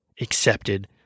accepted